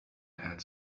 had